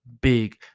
big